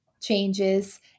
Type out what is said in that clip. changes